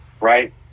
right